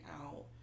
out